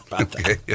Okay